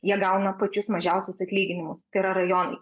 jie gauna pačius mažiausius atlyginimus tai yra rajonai